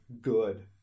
good